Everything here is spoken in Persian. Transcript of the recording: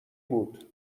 بود